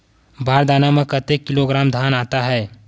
बार दाना में कतेक किलोग्राम धान आता हे?